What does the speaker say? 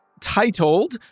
titled